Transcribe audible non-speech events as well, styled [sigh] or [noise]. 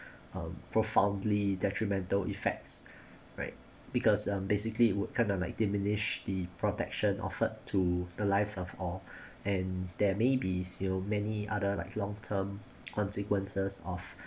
um profoundly detrimental effects [breath] right because um basically would kind of like diminished the protection offered to the lives of all [breath] and there may be you know many other like long term [noise] consequences of